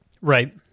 Right